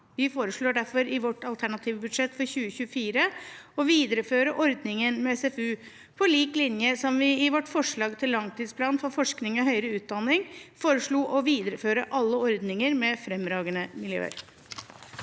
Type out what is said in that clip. Vi foreslår derfor i vårt alternative budsjett for 2024 å videreføre ordningen med SFU, på lik linje med at vi i vårt forslag til langtidsplan for forskning og høyere utdanning foreslo å videreføre alle ordninger med fremragende miljøer.